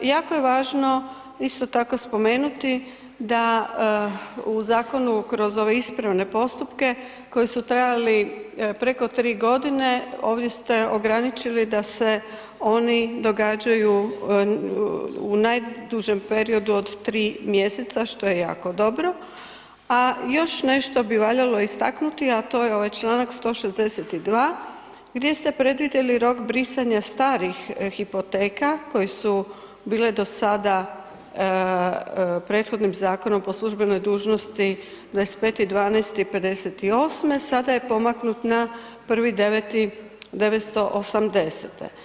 Jako je važno isto tako spomenuti da u zakonu kroz ove ispravne postupke koji su trajali preko 3 g. ovdje ste ograničili da se oni događaju u najdužem periodu od 3 mj. što je jako dobro, a još nešto bi valjalo istaknuti a to je ovaj članak 162. gdje ste predvidjeli rok brisanja starih hipoteka koje su bile do sada prethodnim zakonom po službenoj dužnosti 25. 12. 1958., sada je pomaknut na 1. 9. 1980.